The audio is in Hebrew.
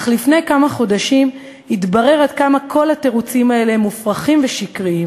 אך לפני כמה חודשים התברר עד כמה כל התירוצים האלה הם מופרכים ושקריים.